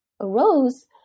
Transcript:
arose